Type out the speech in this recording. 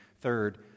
third